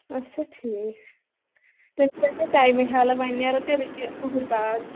اچھا ٹھیٖک تیٚلہِ لَگہِ تٔمِس ٹایمٕے حالہٕ وۄنۍ نیرو تیٚلہِ ییٚکیا پٕہٕرۍ باد